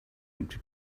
empty